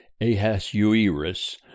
Ahasuerus